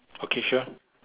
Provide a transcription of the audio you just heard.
okay sure